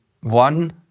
one